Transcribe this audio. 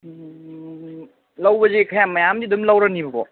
ꯂꯧꯕꯁꯦ ꯈꯔꯌꯥꯝ ꯃꯌꯥꯝꯗꯤ ꯑꯗꯨꯝ ꯂꯧꯔꯅꯤꯕꯀꯣ